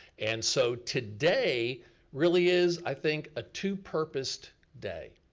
and so today really is, i think, a two purposed day.